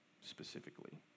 specifically